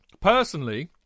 Personally